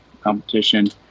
competition